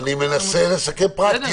אני מנסה לסכם פרקטית.